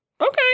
Okay